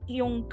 yung